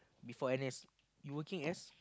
before N_S you working as